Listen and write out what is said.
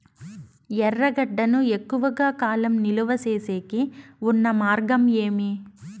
ఎర్రగడ్డ ను ఎక్కువగా కాలం నిలువ సేసేకి ఉన్న మార్గం ఏమి?